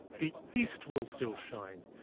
the east will still shine.